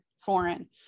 foreign